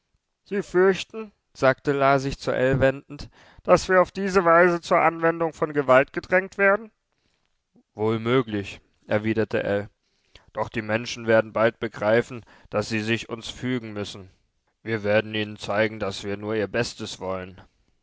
sie fürchten sagte la sich zu ell wendend daß wir auf diese weise zur anwendung von gewalt gedrängt werden wohl möglich erwiderte ell doch die menschen werden bald begreifen daß sie sich uns fügen müssen wir werden ihnen zeigen daß wir nur ihr bestes wollen